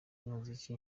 umuziki